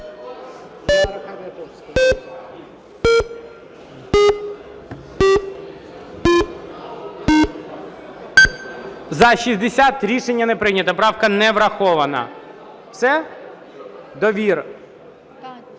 За-60 Рішення не прийнято. Правка не врахована. Все? Тетяна